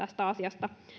tästä asiasta